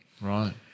right